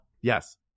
Yes